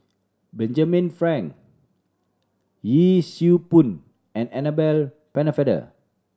Benjamin Frank Yee Siew Pun and Annabel Pennefather